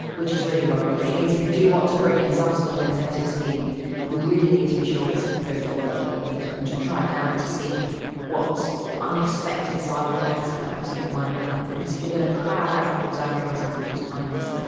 which is really worrying, which means if you do want to bring in some sort of incentive scheme you really need to be sure it's going to work and and to and to try it out to see what unexpected side-effects of that it might have, because if you going to crowd out people's altruism and people's kindness,